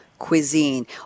cuisine